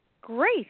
Great